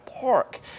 Park